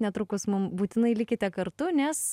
netrukus mum būtinai likite kartu nes